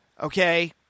Okay